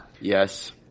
yes